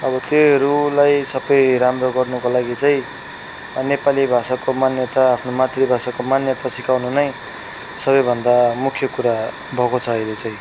अब त्योहरूलाई सबै राम्रो गर्नुको लागि चाहिँ नेपाली भाषाको मान्यता आफ्नो मातृभाषाको मान्यता सिकाउनु नै सबैभन्दा मुख्य कुरा भएको छ अहिले चाहिँ